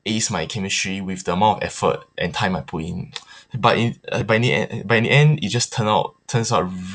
ace my chemistry with the amount of effort and time I put in but in uh but in end but in the end it just turn out turns out r~ just